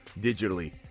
digitally